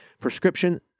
Prescription